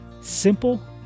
simple